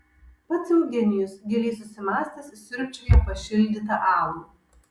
pats eugenijus giliai susimąstęs siurbčioja pašildytą alų